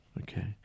okay